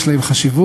יש להם חשיבות,